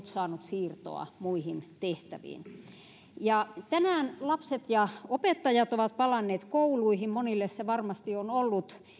saanut siirtoa muihin tehtäviin tänään lapset ja opettajat ovat palanneet kouluihin monille se varmasti on ollut